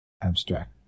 abstract